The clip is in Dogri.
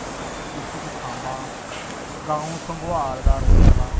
डिस्ट्रिक्ट सांबा गांव सगवाल दा रौह्ने आह्ला